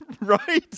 Right